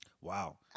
Wow